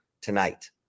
tonight